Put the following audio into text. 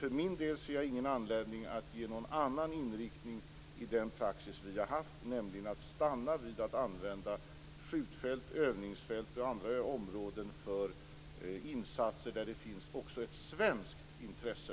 För min del ser jag ingen anledning att ge någon annan inriktning i den praxis vi har haft, nämligen att stanna vid att använda skjutfält, övningsfält och andra områden för insatser där det också finns ett svenskt intresse.